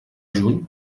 juny